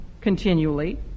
continually